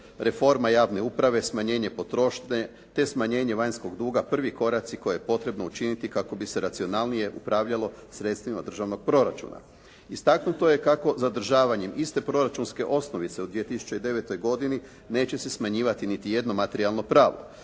reforma javne uprave, smanjenje potrošnje te smanjenje vanjskog duga prvi koraci koje je potrebno učiniti kako bi se racionalnije upravljalo sredstvima državnog proračuna. Istaknuto je kako zadržavanjem iste proračunske osnovice u 2009. godini neće se smanjivati niti jedno materijalno pravo.